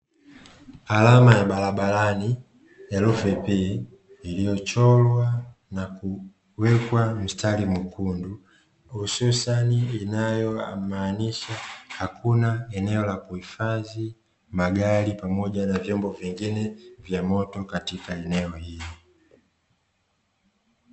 Alama ya barabarani herufi "P" iliyochorwa na kuwekwa mstari mwekundu, hususani inayomaanisha hakuna eneo la kuhifadhi magari pamoja na vyombo vingine vya moto katika eneo hili.